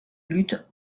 lutte